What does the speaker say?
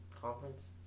conference